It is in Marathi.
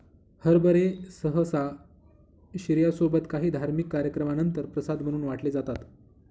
हरभरे सहसा शिर्या सोबत काही धार्मिक कार्यक्रमानंतर प्रसाद म्हणून वाटले जातात